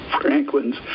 Franklin's